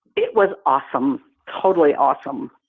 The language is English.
it was awesome, totally awesome.